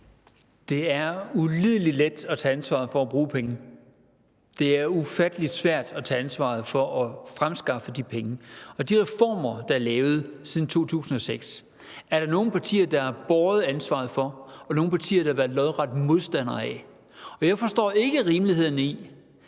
Det er ulidelig let at tage ansvar for at bruge penge. Det er ufattelig svært at tage ansvar for at fremskaffe de penge, og de reformer, der er lavet siden 2006, er der nogle partier, der har båret ansvaret for, og nogle partier, der har været lodret modstandere af. Jeg forstår ikke rimeligheden i,